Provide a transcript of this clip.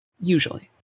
usually